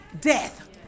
death